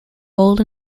old